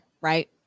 right